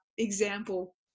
example